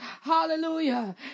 Hallelujah